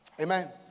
Amen